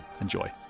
Enjoy